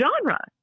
genre